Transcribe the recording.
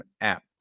app